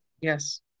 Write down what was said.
Yes